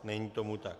Není tomu tak.